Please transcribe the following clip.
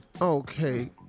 Okay